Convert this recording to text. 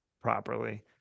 properly